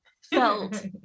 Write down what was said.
felt